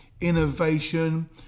innovation